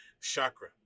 chakra